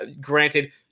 granted